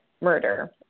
murder